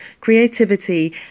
creativity